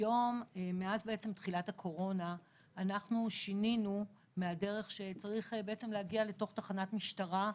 מאז תחילת הקורונה שינינו מהדרך שצריך להגיע לתוך תחנת משטרה.